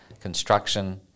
construction